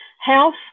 Health